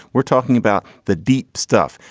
we're talking about the deep stuff.